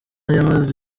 yamaze